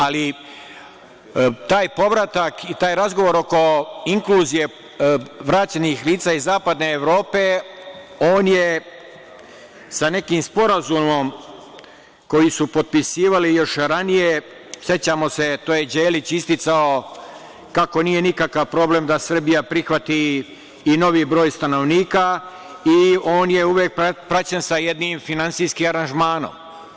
Ali, taj povratak i taj razgovor oko inkluzije vraćenih lica iz zapadne Evrope je sa nekim sporazumom koji su potpisivali još ranije, sećamo se, to je Đelić isticao, kako nije nikakav problem da Srbija prihvati i novi broj stanovnika i on je uvek praćen sa jednim finansijskim aranžmanom.